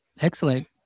Excellent